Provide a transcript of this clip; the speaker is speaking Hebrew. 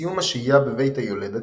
בסיום השהייה בבית היולדות,